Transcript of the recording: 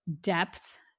depth